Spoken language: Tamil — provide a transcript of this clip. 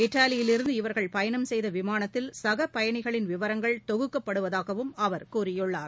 இத்தாவியிலிருந்து இவர்கள் பயணம் செய்தவிமானத்தில் சகபயணிகளின் விவரங்கள் தொகுக்கப்படுவதாகவும் அவர் கூறியுள்ளார்